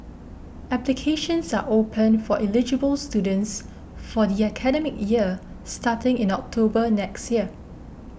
applications are open for eligible students for the academic year starting in October next year